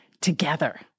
together